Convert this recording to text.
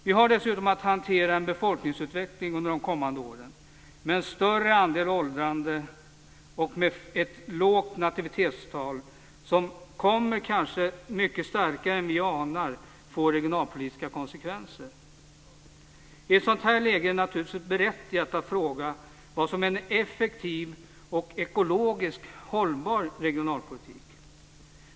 Vi har dessutom att hantera en befolkningsutveckling under de kommande åren, med en större andel åldrande och med ett lågt nativitetstal, som kanske mycket starkare än vi anar kommer att få regionalpolitiska konsekvenser. I ett sådant läge är det naturligtvis berättigat att fråga vad som är en effektiv och ekologiskt hållbar regionalpolitik.